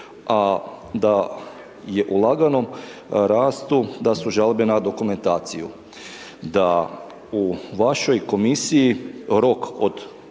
a da je u laganom rastu da su žalbe na dokumentaciju, da u vašoj komisiji rok od